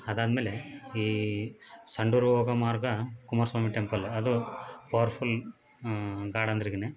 ಅದಾದಮೇಲೆ ಈ ಸಂಡೂರು ಹೋಗೊ ಮಾರ್ಗ ಕುಮಾರ ಸ್ವಾಮಿ ಟೆಂಪಲ್ ಅದು ಪವರ್ ಫುಲ್ ಗಾಡ್ ಅಂದ್ರಗಿನೆ